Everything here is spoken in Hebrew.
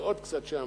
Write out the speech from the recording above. ועוד קצת שם,